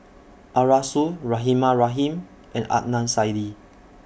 Arasu Rahimah Rahim and Adnan Saidi